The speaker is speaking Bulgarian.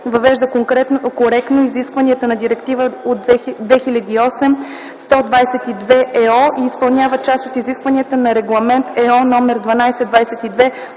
въвежда коректно изискванията на Директива 2008/122/ЕО и изпълнява част от изискванията на Регламент (ЕО)